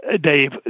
Dave